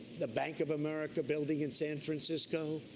the bank of america building in san francisco,